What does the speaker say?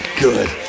good